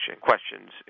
questions